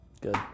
Good